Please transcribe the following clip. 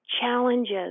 challenges